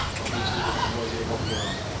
obviously, they have no idea what we earn.